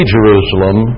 Jerusalem